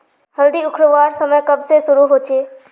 हल्दी उखरवार समय कब से शुरू होचए?